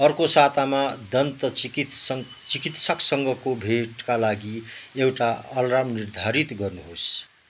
अर्को सातामा दन्त चिकित्सँग चिकित्सकसँगको भेटका लागि एउटा अलार्म निर्धारित गर्नुहोस्